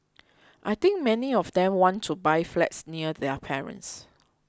I think many of them want to buy flats near their parents